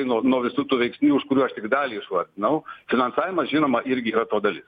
nuo nuo visų tų veiksnių iš kurių aš tik dalį išvardinau finansavimas žinoma irgi yra to dalis